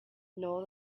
nor